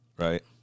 Right